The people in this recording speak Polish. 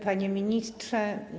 Panie Ministrze!